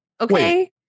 Okay